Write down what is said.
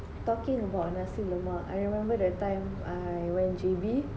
talking about nasi lemak I remember that time I went J_B